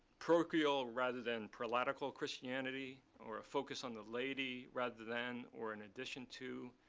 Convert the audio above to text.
parochial rather than prolatical christianity, or a focus on the laity rather than, or in addition to,